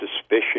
suspicion